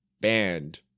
Banned